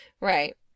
Right